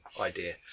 idea